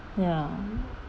ya